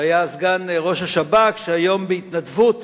שהיה סגן ראש השב"כ, שהיום בהתנדבות